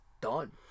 done